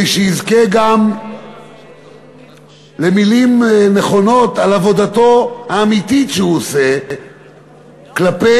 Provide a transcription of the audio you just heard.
שיזכה גם למילים נכונות על עבודתו האמיתית שהוא עושה כלפי